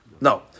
No